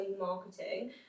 marketing